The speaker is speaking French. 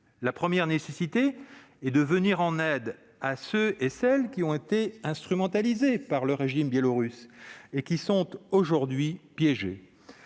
La première nécessité est de venir en aide à ceux qui ont été instrumentalisés par le régime biélorusse et qui sont aujourd'hui piégés.